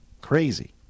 Crazy